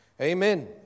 Amen